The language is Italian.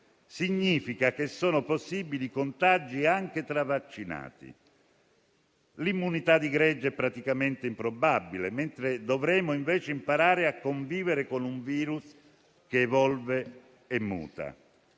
Significa che sono possibili contagi anche tra vaccinati. L'immunità di gregge è improbabile, mentre dovremo imparare a convivere con un virus che evolve e muta.